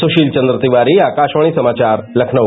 सुषील चन्द्र तिवारी आकाषवाणी समाचार लखनऊ